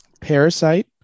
Parasite